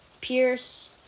Pierce